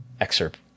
excerpt